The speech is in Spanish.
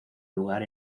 lugar